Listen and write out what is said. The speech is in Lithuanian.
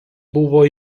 buvo